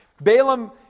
Balaam